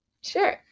Sure